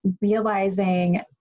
realizing